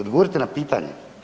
Odgovorite na pitanje.